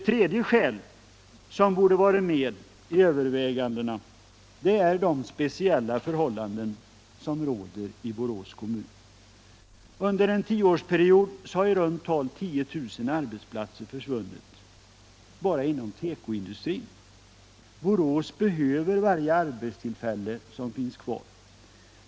En tredje faktor som borde ha varit med i övervägandena är de speciella förhållanden som råder i Borås kommun. Under en tioårsperiod har i runt tal 10 000 arbetsplatser försvunnit bara inom tekoindustrin. Borås behöver varje arbetstillfälle som finns kvar.